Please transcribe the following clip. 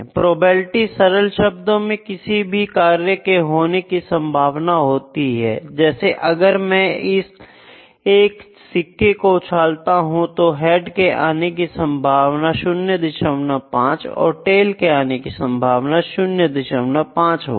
probability सरल शब्दों में किसी भी कार्य के होने की संभावना होती है जैसे अगर मैं एक सिक्का उछालता हूं तो हेड के आने की संभावना 05 और टेल के आने की संभावना 05 होगी